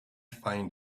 find